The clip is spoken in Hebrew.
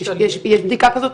יש בדיקה כזאת?